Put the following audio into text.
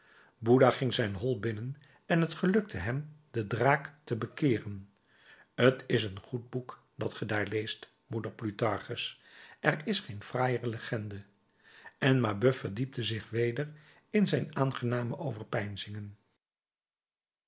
bouddha ging zijn hol binnen en t gelukte hem den draak te bekeeren t is een goed boek dat ge daar leest moeder plutarchus er is geen fraaier legende en mabeuf verdiepte zich weder in zijn aangename